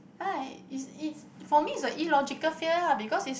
why is is for me it's a illogical fear lah because is